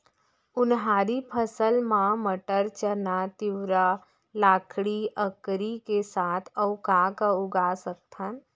उनहारी फसल मा मटर, चना, तिंवरा, लाखड़ी, अंकरी के साथ अऊ का का उगा सकथन?